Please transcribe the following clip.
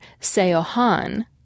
seohan